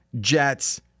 Jets